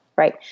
right